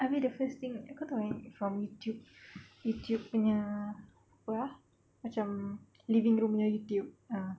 abeh the first thing yang kau tahu from YouTube YouTube punya !wah! macam living room nya YouTube ah